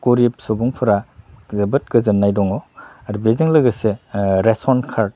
गोरिब सुबुंफोरा जोबोद गोजोननाय दङ आरो बेजों लोगोसे रेसन कार्ड